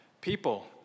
people